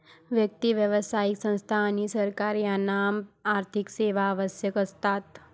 व्यक्ती, व्यावसायिक संस्था आणि सरकार यांना आर्थिक सेवा आवश्यक असतात